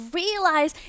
realize